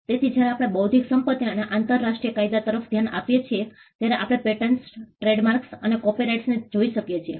તેથી જ્યારે આપણે બૌદ્ધિક સંપત્તિ અને આંતરરાષ્ટ્રીય કાયદા તરફ ધ્યાન આપીએ છીએ ત્યારે આપણે પેટર્નસ ટ્રેડમાર્ક્સ અને કોપિરાઇટને જોઈ શકીએ છીએ